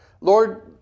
Lord